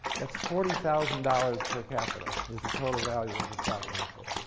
that's forty thousand dollars per capita as the total value of the stock market.